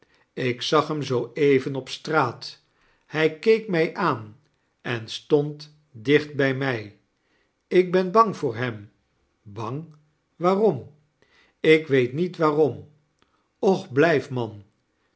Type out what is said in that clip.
ik zag hem zoo even op straat hfl keek mij aan en stond dicht bij mij ik ben bang voor hem bang waarom ik weet niet waarom och blijf man